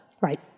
Right